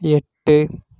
எட்டு